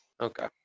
okay